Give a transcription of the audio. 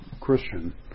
Christian